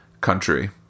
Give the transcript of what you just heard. country